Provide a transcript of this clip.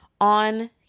on